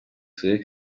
huye